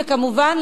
וכמובן,